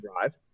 drive